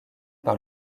par